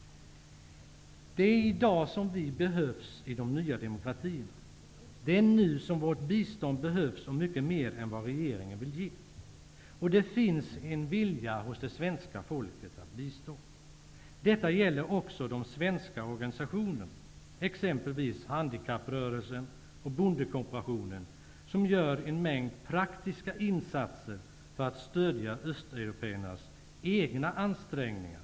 Det är i dag som vi behövs i de nya demokratierna. Det är nu som vårt bistånd behövs, och det behövs mycket mer bistånd än vad som regeringen vill ge. Det finns en vilja hos svenska folket att bistå. Detta gäller också de svenska organisationerna -- exempelvis handikapprörelsen och bondekooperationen -- vilka gör en mängd praktiska insatser för att stödja östeuropéernas egna ansträngningar.